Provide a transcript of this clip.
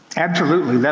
absolutely.